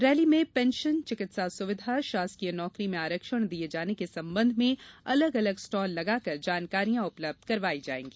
rally में pension चिकित्सा सुविधा शासकीय नौकरी में आरक्षण दिये जाने के सम्बंध में अलग अलग स्टाल लगाकर जानकारियां उपलब्ध करवाई जायेगी